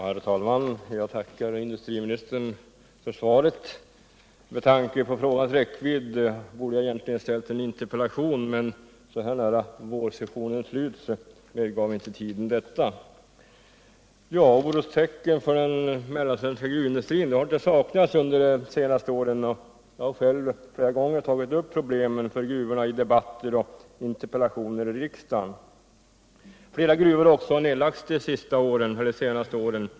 Herr talman! Jag tackar industriministern för svaret. Med tanke på frågans räckvidd borde jag egentligen ha ställt en interpellation, men så här nära vårsessionens slut medgav inte tiden detta. Orostecken för den mellansvenska gruvindustrin har inte saknats under senare år, och jag har själv flera gånger tagit upp problemen för gruvorna i debatter och interpellationer i riksdagen. Flera gruvor har också nedlagts de senaste åren.